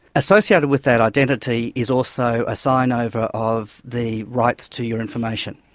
associated with that identity is also a sign-over of the rights to your information.